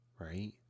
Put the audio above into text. Right